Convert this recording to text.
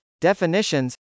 Definitions